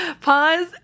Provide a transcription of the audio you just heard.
pause